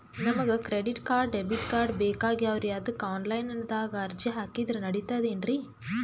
ನಮಗ credit card, debit card ಬೇಕಾಗ್ಯಾವ್ರೀ ಅದಕ್ಕ ಆನಲೈನದಾಗ ಅರ್ಜಿ ಹಾಕಿದ್ರ ನಡಿತದೇನ್ರಿ?